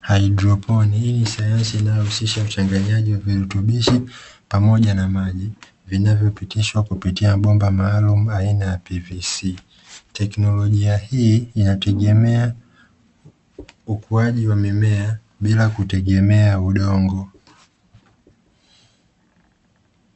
Haidroponi hii ni sayansi inayohusisha uchanganyaji wa virutubishi pamoja na maji, vinavyopitishwa kutumia mabomba maalumu aina ya PVC. Teknolojia hii inategemea ukuaji wa mimea bila kutegemea udongo.